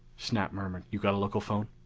snap murmured, you've got a local phone?